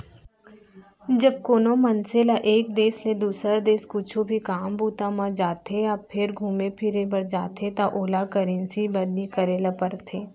जब कोनो मनसे ल एक देस ले दुसर देस कुछु भी काम बूता म जाथे या फेर घुमे फिरे बर जाथे त ओला करेंसी बदली करे ल परथे